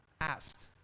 asked